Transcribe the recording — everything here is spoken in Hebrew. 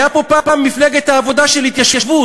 הייתה פה פעם מפלגת העבודה של התיישבות.